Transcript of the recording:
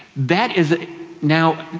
that is now,